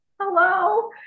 hello